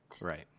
Right